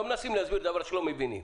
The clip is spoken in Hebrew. לא מנסים להסביר דבר שלא מבינים.